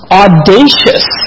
audacious